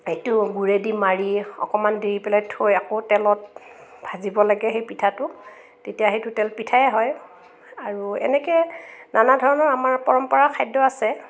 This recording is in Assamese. এইটো গুৰেদি মাৰি অকণমান দেৰি পেলাই থৈ আকৌ তেলত ভাজিব লাগে সেই পিঠাটো তেতিয়া সেইটো তেলপিঠায়ে হয় আৰু এনেকৈ নানা ধৰণৰ আমাৰ পৰম্পৰা খাদ্য আছে